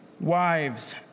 Wives